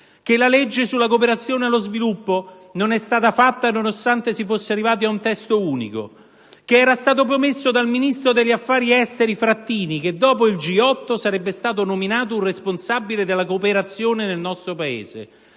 che la legge sulla cooperazione allo sviluppo non è stata fatta nonostante si fosse arrivati ad un testo unico; che era stato promesso dal ministro degli affari esteri Frattini che, dopo il G8, sarebbe sta nominato un responsabile della cooperazione nel nostro Paese.